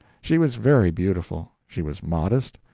she was very beautiful, she was modest,